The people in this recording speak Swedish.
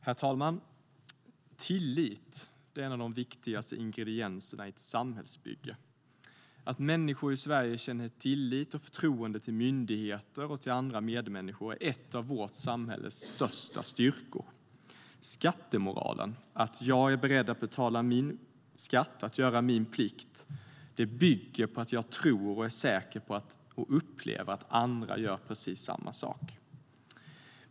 Herr talman! Tillit är en av de viktigaste ingredienserna i ett samhällsbygge. Att människor i Sverige känner tillit till och förtroende för myndigheter och andra medmänniskor är en av vårt samhälles största styrkor. Skattemoralen - att jag är beredd att betala min skatt och göra min plikt - bygger på att jag tror, är säker på och upplever att andra gör precis samma sak.